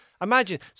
Imagine